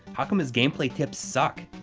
how come his game play tips suck?